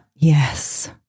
yes